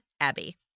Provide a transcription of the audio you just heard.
Abby